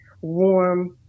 warm